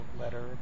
Letter